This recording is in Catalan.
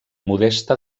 modesta